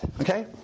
okay